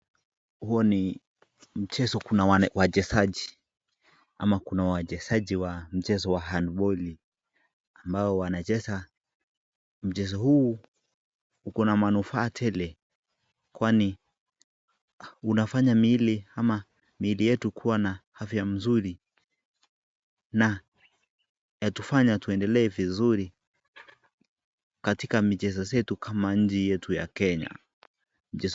Huo ni michezo kuna wachezaji ama kuna wachezaji wa mchezo wa hand boli ambao wanacheza. Mchezo huu uko na manufaa tele kwani wanafanya ili ama miili yetu kuwa na afya mzuri na yatufanya tuendelee vizuri katika michezo yetu kama nchi ya Kenya, michezo.